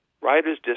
Riders